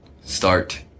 start